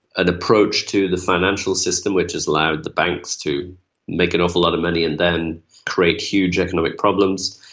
an approach to the financial system which has allowed the banks to make an awful lot of money and then create huge economic problems.